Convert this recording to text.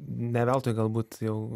ne veltui galbūt jau